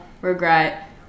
regret